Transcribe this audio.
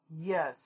Yes